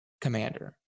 commander